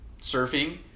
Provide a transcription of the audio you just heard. surfing